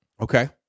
Okay